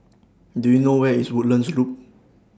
Do YOU know Where IS Woodlands Loop